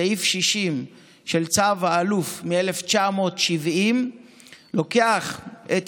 סעיף 60 של צו האלוף מ-1970 לוקח את